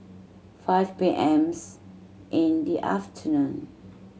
five P M in the afternoon